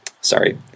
Sorry